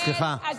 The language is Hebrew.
סליחה.